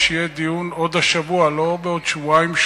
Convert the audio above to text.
שיהיה דיון עוד השבוע ולא בעוד שניים,